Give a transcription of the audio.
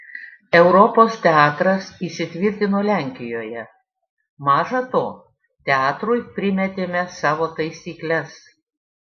europos teatras įsitvirtino lenkijoje maža to teatrui primetėme savo taisykles